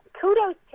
kudos